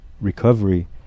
recovery